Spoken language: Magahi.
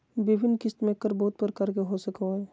विभिन्न किस्त में कर बहुत प्रकार के हो सको हइ